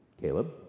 Caleb